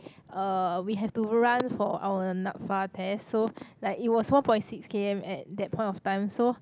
uh we have to run for our NAPFA test so like it was one point six K_M at that point of time so